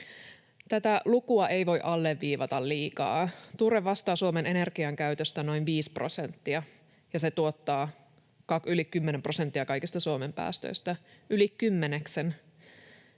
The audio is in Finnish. Tätä lukua ei voi alleviivata liikaa: turve vastaa Suomen energiankäytöstä noin viidestä prosentista, ja se tuottaa yli kymmenen prosenttia kaikista Suomen päästöistä — yli kymmenenneksen.